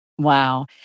Wow